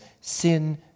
sin